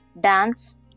dance